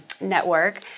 network